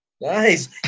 Nice